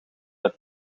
het